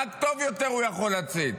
רק טוב יותר הוא יכול לצאת.